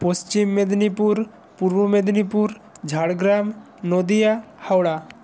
Paschim Medinipur Purba Medinipur Jhargram Nadia Howrah